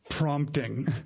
prompting